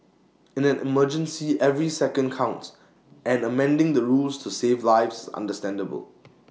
in an emergency every second counts and amending the rules to save lives is understandable